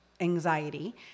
anxiety